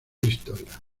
historia